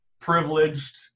privileged